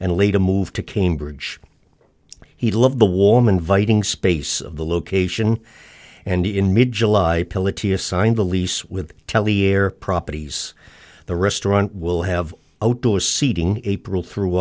later moved to cambridge he loved the warm inviting space of the location and in mid july signed a lease with tele air properties the restaurant will have outdoor seating april through